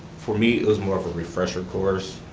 for me it was more of a refresher course.